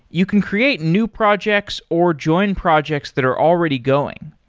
you can create new projects or join projects that are already going.